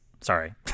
Sorry